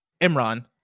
Imran